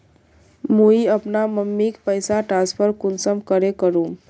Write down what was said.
मुई अपना मम्मीक पैसा ट्रांसफर कुंसम करे करूम?